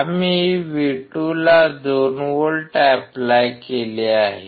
आम्ही V2 ला 2 volt apply केले आहे